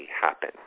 happen